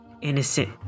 innocent